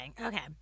Okay